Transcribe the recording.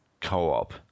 co-op